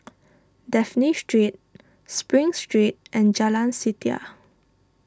Dafne Street Spring Street and Jalan Setia